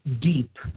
deep